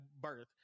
birth